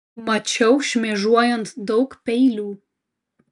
mačiau šmėžuojant daug peilių